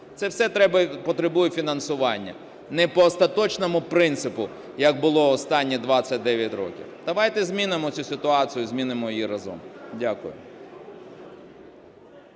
Це все потребує фінансування. Не по остаточному принципу, як було останні 29 років. Давайте змінимо цю ситуації, змінимо її разом. Дякую.